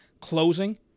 closing